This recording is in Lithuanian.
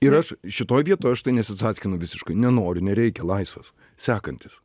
ir aš šitoj vietoj aš tai nesicackinu visiškai nenori nereikia laisvas sekantis